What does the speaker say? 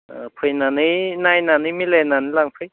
फैनानै नायनानै मिलायनानै लांफै